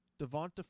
Devonta